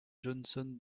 johnson